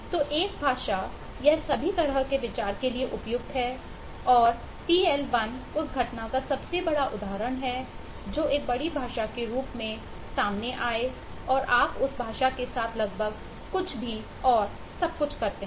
तो एक भाषा यह सभी तरह के विचार के लिए उपयुक्त है और पी एल 1 उस घटना का एक सबसे बड़ा उदाहरण है जो एक बड़ी भाषा के रूप में सामने आए और आप उस भाषा के साथ लगभग कुछ भी और सब कुछ करते हैं